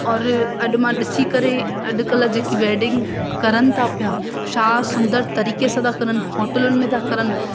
और अॼु मां ॾिसी करे अॼुकल्ह जेकी वेडिंग करनि था पिया छा सुंदरु तरीक़े सां था करनि होटलुनि में था करनि